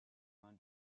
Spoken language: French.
mains